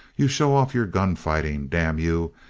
you show off your gun-fighting, damn you,